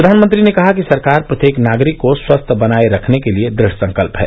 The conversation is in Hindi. प्र्वानमंत्री ने कहा कि सरकार प्रत्येक नागरिक को स्वस्थ बनाए रखने के लिए दुढसंकल्प है